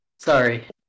Sorry